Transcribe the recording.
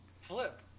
Flip